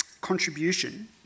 contribution